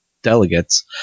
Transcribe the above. delegates